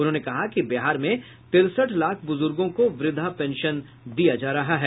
उन्होंने कहा कि बिहार में तिरसठ लाख बुजुर्गों को वृद्धा पेंशन दिया जा रहा है